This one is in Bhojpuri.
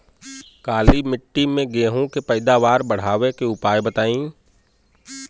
काली मिट्टी में गेहूँ के पैदावार बढ़ावे के उपाय बताई?